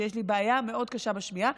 שיש לי בעיה מאוד קשה בשמיעה,